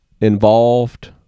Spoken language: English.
involved